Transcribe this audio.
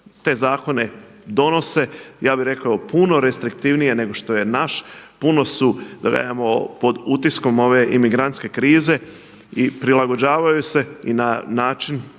te zakone donose, ja bih rekao puno restriktivnije nego što je naš. Puno su pod utiskom ove imigrantske krize i prilagođavaju se i na način